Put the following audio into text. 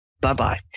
Bye-bye